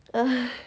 aha